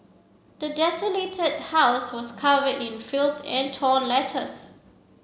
the desolated house was covered in filth and torn letters